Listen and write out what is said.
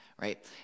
right